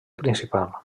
principal